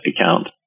account